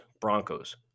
Broncos